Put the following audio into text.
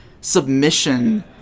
submission